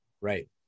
Right